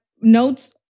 notes